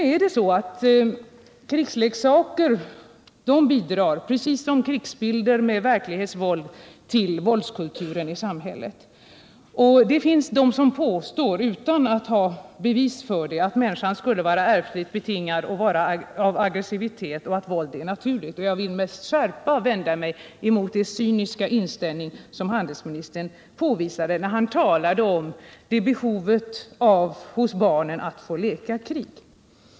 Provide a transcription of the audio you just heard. Precis som krigsbilder med verklighetsvåld bidrar krigsleksaker till våldskulturen i samhället. Det finns de som påstår utan att ha bevis för det att aggressivitet hos människan skulle vara ärftligt betingad och att våld är naturligt. Jag vill med skärpa vända mig mot den cyniska inställning som handelsministern visade när han talade om behovet hos barn att få leka krig.